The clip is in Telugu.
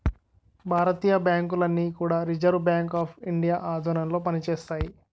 భారతీయ బ్యాంకులన్నీ కూడా రిజర్వ్ బ్యాంక్ ఆఫ్ ఇండియా ఆధ్వర్యంలో పనిచేస్తాయి